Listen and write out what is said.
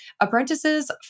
Apprentices